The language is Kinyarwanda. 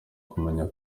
kumenya